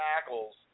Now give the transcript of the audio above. tackles